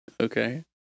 Okay